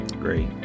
Great